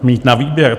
Mít na výběr.